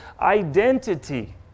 identity